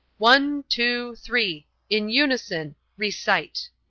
one two three. in unison recite!